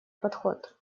подход